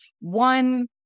one